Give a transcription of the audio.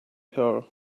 her